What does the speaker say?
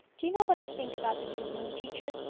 do you know what i think about the new moon, teacher?